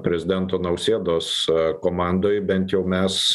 prezidento nausėdos komandoj bent jau mes